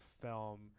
film